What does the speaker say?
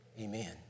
Amen